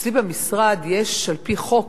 אצלי במשרד יש על-פי חוק,